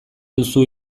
duzu